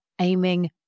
aiming